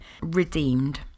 redeemed